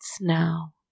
now